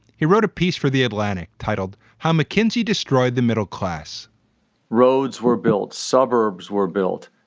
he wrote a piece for the atlantic titled how mckinsey destroyed the middle class roads were built, suburbs were built,